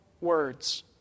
words